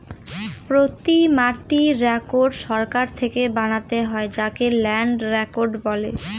প্রতি মাটির রেকর্ড সরকার থেকে বানাতে হয় যাকে ল্যান্ড রেকর্ড বলে